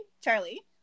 Charlie